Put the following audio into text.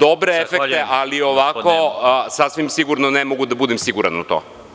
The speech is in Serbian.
dobre efekte, ali ovako sasvim sigurno ne mogu da budem siguran u to.